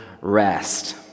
rest